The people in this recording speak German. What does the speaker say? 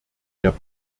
der